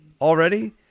already